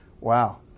wow